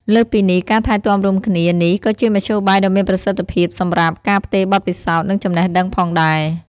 លើសពីនេះ ការថែទាំរួមគ្នានេះក៏ជាមធ្យោបាយដ៏មានប្រសិទ្ធភាពសម្រាប់ ការផ្ទេរបទពិសោធន៍ និងចំណេះដឹង ផងដែរ។